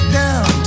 down